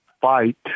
fight